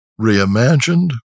reimagined